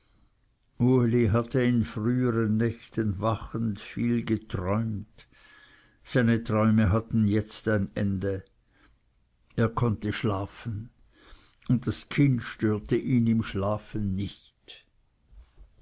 uli hatte in frühern nächten wachend viel geträumt seine träume hatten jetzt ein ende er konnte schlafen und das kind störte ihn im schlafen nicht